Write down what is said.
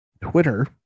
twitter